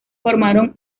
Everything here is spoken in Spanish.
formaron